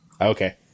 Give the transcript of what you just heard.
Okay